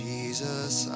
Jesus